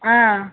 ஆ